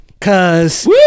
Cause